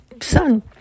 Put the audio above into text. son